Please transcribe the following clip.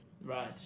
Right